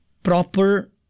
proper